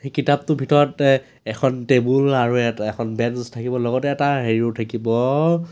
সেই কিতাপটোৰ ভিতৰত এখন টেবুল আৰু এখন বেড থাকিব আৰু লগতে এটা হেৰিও থাকিব